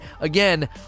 Again